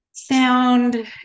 Sound